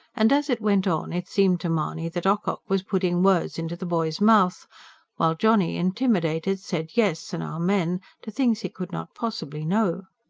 and as it went on, it seemed to mahony that ocock was putting words into the boy's mouth while johnny, intimidated, said yes and amen to things he could not possibly know.